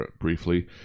briefly